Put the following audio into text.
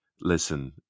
Listen